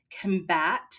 combat